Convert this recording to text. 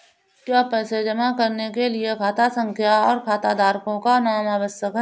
क्या पैसा जमा करने के लिए खाता संख्या और खाताधारकों का नाम आवश्यक है?